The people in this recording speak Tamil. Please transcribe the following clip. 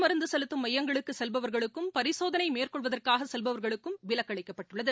மருந்துசெலுத்தும் மையங்களுக்குசெல்பவர்களுக்கும் தடுப்பு பரிசோதனைமேற்கொள்வதற்காகசெல்பவர்களுக்கும் விலக்குஅளிக்கப்பட்டுள்ளது